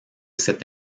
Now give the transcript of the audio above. cette